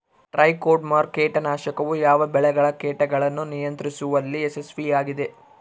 Trichoderma ಕೇಟನಾಶಕವು ಯಾವ ಬೆಳೆಗಳ ಕೇಟಗಳನ್ನು ನಿಯಂತ್ರಿಸುವಲ್ಲಿ ಯಶಸ್ವಿಯಾಗಿದೆ?